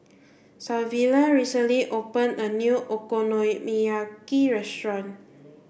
Savilla recently open a new Okonomiyaki restaurant